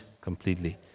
completely